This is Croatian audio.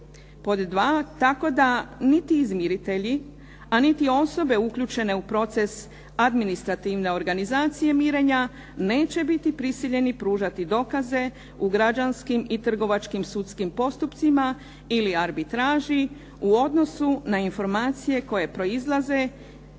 Pod 2, tako da niti izmiritelji a niti osobe uključene u proces administrativne organizacije mirenja neće biti prisiljeni pružati dokaze u građanskim i trgovačkim sudskim postupcima ili arbitraži u odnosu na informacije koje proizlaze